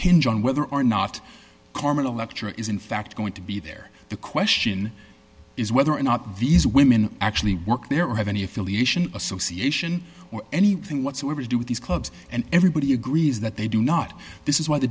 hinge on whether or not carmen electra is in fact going to be there the question is whether or not these women actually work there or have any affiliation association or anything whatsoever to do with these clubs and everybody agrees that they do not this is why the